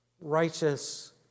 righteous